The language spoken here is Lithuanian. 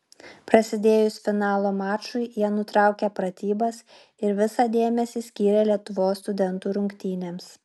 prasidėjus finalo mačui jie nutraukė pratybas ir visą dėmesį skyrė lietuvos studentų rungtynėms